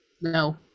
No